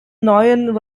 neuen